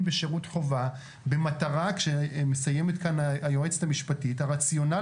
בשירות חובה במטרה מסיימת כאן היועצת המשפטית הרציונל